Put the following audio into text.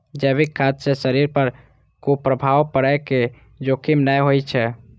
जैविक खाद्य सं शरीर पर कुप्रभाव पड़ै के जोखिम नै होइ छै